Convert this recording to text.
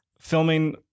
filming